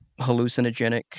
hallucinogenic